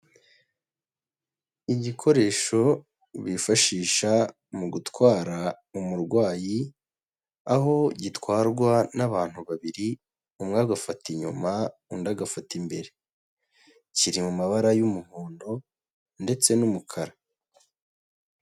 Igikoresho bifashisha mu gutwara umurwayi aho gitwarwa n'abantu babiri umwe agafata inyuma undi agafata imbere, kiri mu mabara y'umuhondo ndetse n'umukara.